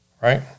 Right